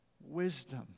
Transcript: wisdom